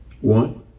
One